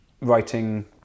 Writing